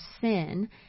sin